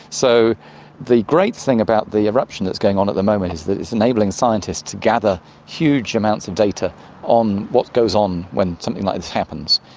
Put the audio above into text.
so the great thing about the eruption that is going on the moment is that it's enabling scientists to gather huge amounts of data on what goes on when something like this happens.